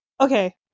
okay